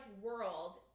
world